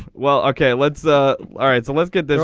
well okay let's the all right so let's get that